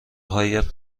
هایت